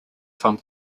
from